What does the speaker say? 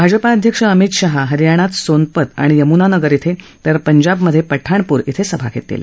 भाजपा अध्यक्ष अमित शहा हरियाणात सोनेपत आणि यमुनानगर िंग तर पंजाबमधे पठाणपूर धिं सभा घेतील